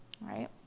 right